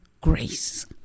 grace